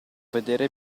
vedere